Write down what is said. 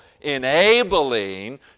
enabling